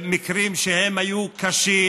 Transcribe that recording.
מקרים שהיו קשים,